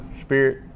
Spirit